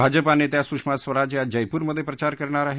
भाजपा नेत्या सुषमा स्वराज या जयपूर्मधे प्रचार करणार आहेत